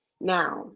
Now